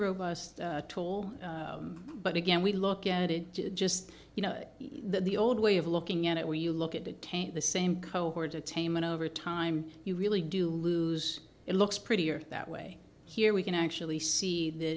robust tool but again we look at it just you know the old way of looking at it where you look at the tank the same cohort attainment over time you really do lose it looks prettier that way here we can actually see th